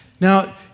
Now